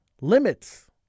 limits